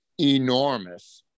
enormous